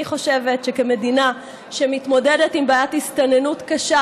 אני חושבת שכמדינה שמתמודדת עם בעיית הסתננות קשה,